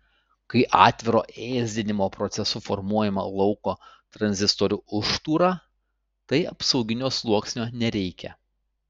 kai atviro ėsdinimo procesu formuojama lauko tranzistorių užtūra tai apsauginio sluoksnio nereikia